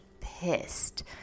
pissed